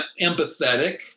empathetic